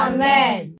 Amen